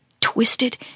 twisted